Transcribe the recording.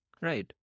right